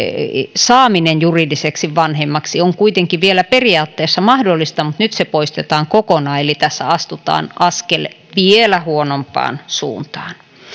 saaminen juridiseksi vanhemmaksi on kuitenkin vielä periaatteessa mahdollista mutta nyt se poistetaan kokonaan eli tässä astutaan askel vielä huonompaan suuntaan